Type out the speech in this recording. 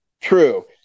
True